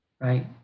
right